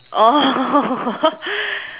oh